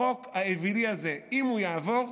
החוק האווילי הזה, אם הוא יעבור,